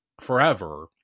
forever